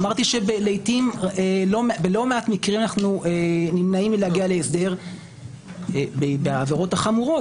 אמרתי שבלא מעט מקרים אנחנו נמנעים מלהגיע להסדר בעבירות החמורות,